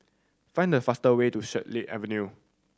find the fastest way to Swan Lake Avenue